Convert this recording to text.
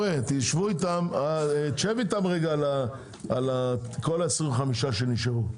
שבו איתם רגע על כל ה-25 שנשארו.